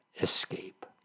escape